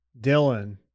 Dylan